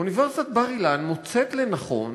אוניברסיטת בר-אילן מוצאת לנכון